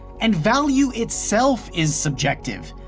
and value itself is subjective.